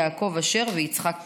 יעקב אשר ויצחק פינדרוס.